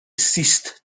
ceased